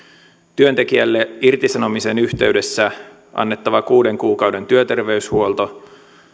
työntekijälle irtisanomisen yhteydessä annettava kuuden kuukauden työterveyshuolto